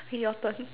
okay your turn